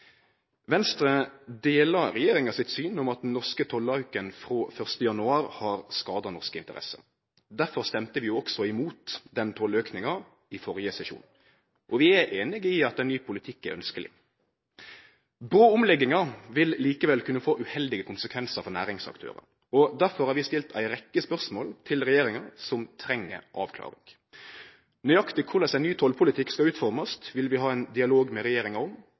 Venstre deler regjeringa sitt syn om at den norske tollauken frå 1. januar har skada norske interesser. Derfor røyste vi også imot den tollauken i førre sesjon. Vi er einig i at ein ny politikk er ønskjeleg. Brå omleggingar vil likevel få uheldige konsekvensar for næringsaktørar, og derfor har vi stilt regjeringa ei rekke spørsmål som treng avklaring. Nøyaktig korleis ein ny tollpolitikk skal utformast, vil vi ha ein dialog med regjeringa om.